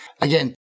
again